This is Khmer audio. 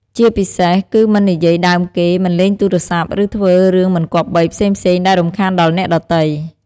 ជាពិសេស គឺមិននិយាយដើមគេ មិនលេងទូរស័ព្ទ ឬធ្វើរឿងមិនគប្បីផ្សេងៗដែលរំខានដល់អ្នកដទៃ។